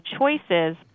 choices